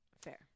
Fair